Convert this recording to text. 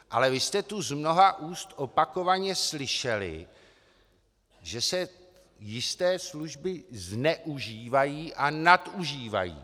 Ale vy jste tu z mnoha úst opakovaně slyšeli, že se jisté služby zneužívají a nadužívají.